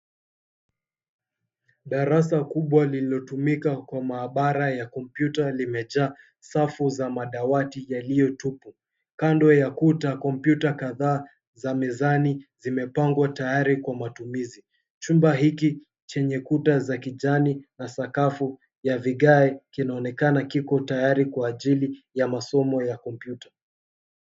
Darasa kubwa lililotumika kwa maabara ya kompyuta limejaa safu ya madawati yaliyotupwa. Kando ya kuta, kompyuta kadhaa za mizani zimepangwa tayari kwa matumizi. Chumba hiki chenye kuta za kijani na sakafu ya vigae kinaonekana kiko tayari kwa ajili ya masomo ya kompyuta.